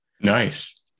Nice